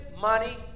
Money